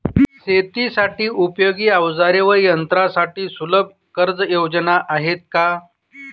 शेतीसाठी उपयोगी औजारे व यंत्रासाठी सुलभ कर्जयोजना आहेत का?